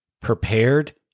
prepared